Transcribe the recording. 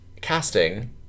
casting